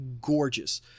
gorgeous